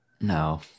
No